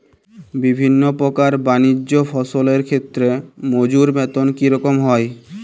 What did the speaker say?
বিভিন্ন প্রকার বানিজ্য ফসলের ক্ষেত্রে মজুর বেতন কী রকম হয়?